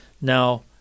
Now